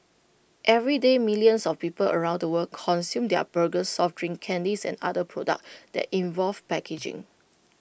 everyday millions of people around the world consume their burgers soft drinks candies and other products that involve packaging